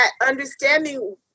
understanding